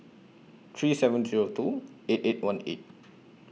three seven Zero two eight eight one eight